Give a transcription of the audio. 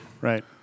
Right